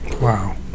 Wow